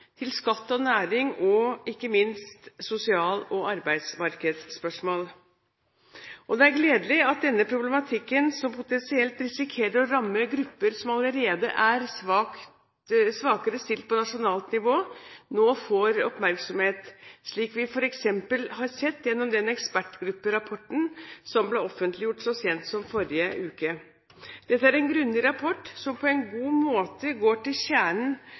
skatt og næring og ikke minst sosial- og arbeidsmarkedsspørsmål. Det er gledelig at denne problematikken, som potensielt risikerer å ramme grupper som allerede er svakere stilt på nasjonalt nivå, nå får oppmerksomhet, slik vi f.eks. har sett gjennom den ekspertgrupperapporten som ble offentliggjort så sent som i forrige uke. Dette er en grundig rapport som på en god måte går til kjernen